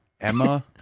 Emma